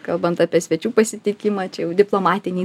kalbant apie svečių pasitikimą čia jau diplomatiniai